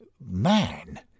man